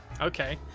Okay